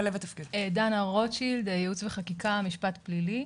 דנה רוטשילד, ייעוץ וחקיקה, משפט פלילי.